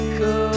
go